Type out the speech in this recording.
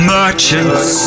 merchants